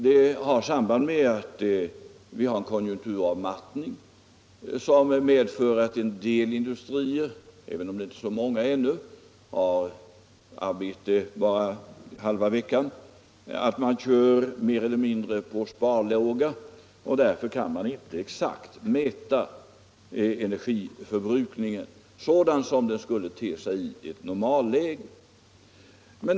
Det har samband med att vi har en konjunkturavmattning, som medför att en del industrier, även om det inte är så många ännu, har arbete bara halva veckan och kör mer eller mindre på sparlåga. Därför kan man inte exakt mäta energiförbrukningen sådan som den skulle te sig i ett normalläge.